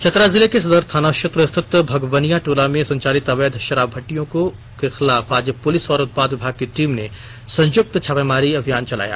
चतरा जिले के सदर थाना क्षेत्र स्थित भगवनिया टोला में संचालित अवैध शराब भट्टिठयों के खिलाफ आज पूलिस और उत्पाद विभाग की टीम ने संयुक्त रूप से छापेमारी अभियान चलाया